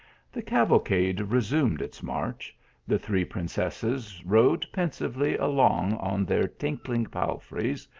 the cavalcade resumed its march the three prin cesses rode pensively along on their tinkling pal freys,